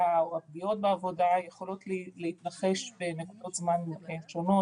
או הפגיעות בעבודה יכולות להתרחש בנקודות זמן שונות,